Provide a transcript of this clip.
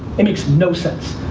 it makes no sense.